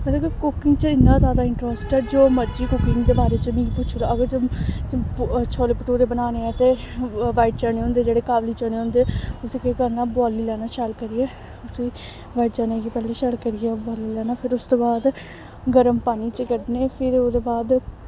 मतलब कि कुकिंग च इन्ना जादा इंट्रस्ट ऐ जो मर्जी कुकिंग दे बारे च मिगी पुच्छी ओड़ो अगर छोले भटूरे बनाने ऐ ते वाइट चने होंदे जेह्ड़े काबली चने होंदे उसी केह् करना बोआली लैना शैल करियै उसी वाइट चने गी पैह्लें शैल करियै उबाली लैना फिर उस दे बाद गर्म पानी च कड्ढने फिर ओह्दे बाद